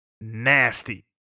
nasty